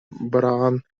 быраҕан